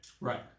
right